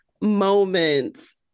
moments